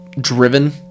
driven